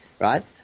right